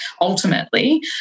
ultimately